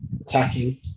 attacking